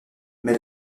mais